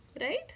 right